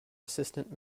assistant